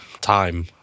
time